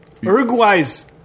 Uruguay's